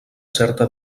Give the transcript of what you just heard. certa